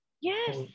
Yes